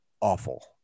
awful